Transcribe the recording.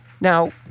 Now